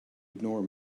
ignore